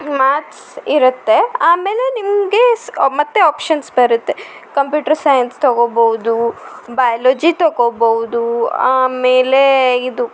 maths ಇರುತ್ತೆ ಆಮೇಲೆ ನಿಮಗೆ ಸ್ ಮತ್ತೆ ಆಪ್ಷನ್ಸ್ ಬರುತ್ತೆ ಕಂಪ್ಯೂಟ್ರ್ ಸೈನ್ಸ್ ತೊಗೊಬೌದು ಬಯ್ಲೋಜಿ ತೊಕೊಬೌದು ಆಮೇಲೆ ಇದು